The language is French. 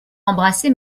embrasser